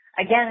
again